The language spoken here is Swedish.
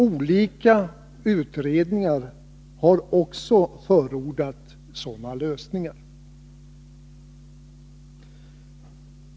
Olika utredningar har också förordat sådana lösningar.